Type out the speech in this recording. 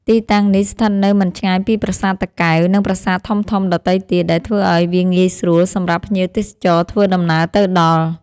ទីតាំងនេះស្ថិតនៅមិនឆ្ងាយពីប្រាសាទតាកែវ និងប្រាសាទធំៗដទៃទៀត ដែលធ្វើឱ្យវាងាយស្រួលសម្រាប់ភ្ញៀវទេសចរធ្វើដំណើរទៅដល់។